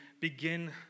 begin